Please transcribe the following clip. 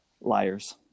liars